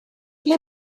ble